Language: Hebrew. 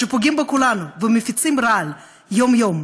שפוגעים בכולנו ומפיצים רעל יום-יום.